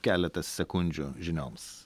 keletas sekundžių žinioms